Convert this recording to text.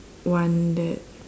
one that